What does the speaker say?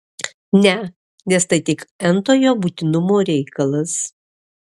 ne nes tai tik n tojo būtinumo reikalas